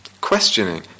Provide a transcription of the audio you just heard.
questioning